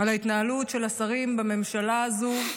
על ההתנהלות של השרים בממשלה הזו,